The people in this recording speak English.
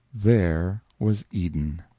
there was eden.